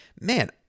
man